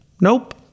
Nope